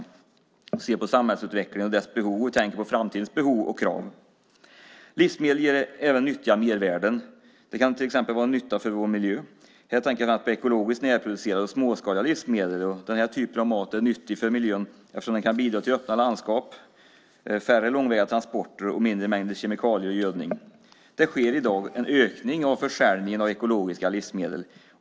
Vi tror att de ser på samhällsutvecklingen och dess behov och tänker på framtidens behov och krav. Livsmedel ger även nyttiga mervärden. De kan till exempel vara en nytta för vår miljö. Här tänker jag bland annat på ekologiskt närproducerade och småskaliga livsmedel. Den typen av mat är nyttig för miljön eftersom den kan bidra till öppna landskap, färre långväga transporter och mindre mängder kemikalier i gödning. Det sker i dag en ökning av försäljningen av ekologiska livsmedel.